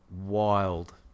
wild